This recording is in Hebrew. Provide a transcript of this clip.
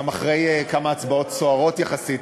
גם אחרי כמה הצבעות סוערות יחסית,